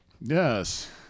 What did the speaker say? Yes